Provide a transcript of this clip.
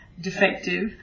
defective